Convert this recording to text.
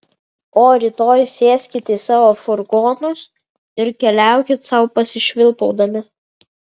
o rytoj sėskit į savo furgonus ir keliaukit sau pasišvilpaudami